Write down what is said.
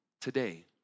today